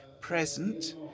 present